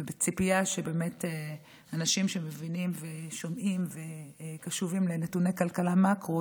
בציפייה שאנשים שמבינים שומעים וקשובים לנתוני כלכלה מקרו,